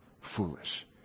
foolish